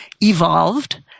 evolved